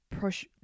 push